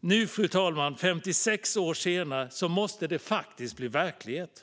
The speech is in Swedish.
Nu, fru talman - 56 år senare - måste förslagen faktiskt bli verklighet.